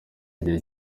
igihe